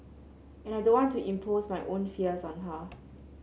and I don't want to impose my own fears on her